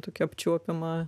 tokį apčiuopiamą